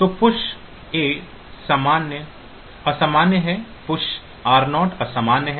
तो push A अमान्य है पुश r0 अमान्य है पुश r1 अमान्य है